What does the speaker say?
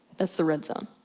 that's the red zone.